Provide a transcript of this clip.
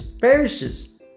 perishes